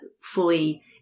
fully –